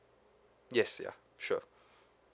yes yeah sure